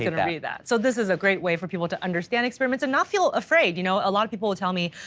ah read that. so this is a great way for people to understand experiments and not feel afraid, you know a lot of people will tell me,